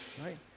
right